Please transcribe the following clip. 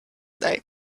day